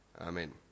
Amen